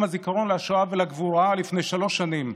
הזיכרון לשואה ולגבורה לפני שלוש שנים,